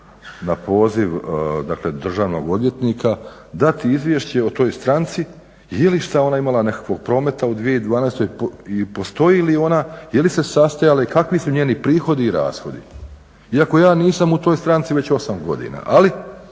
na poziv dakle državnog odvjetnika dati izvješće o toj stranci, je li šta ona imala nekakvog prometa u 2012.i postoji li ona, je li se sastojala i kakvi su njeni prihodi i rashodi? Iako ja nisam u toj stranci već osam godina ali